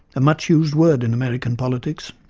a much used word in american politics.